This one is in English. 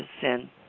sin